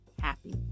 happy